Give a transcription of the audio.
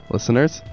Listeners